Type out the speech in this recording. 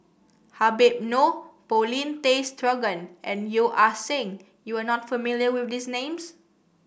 Habib Noh Paulin Tay Straughan and Yeo Ah Seng You are not familiar with these names